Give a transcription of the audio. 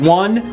one